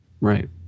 right